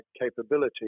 capability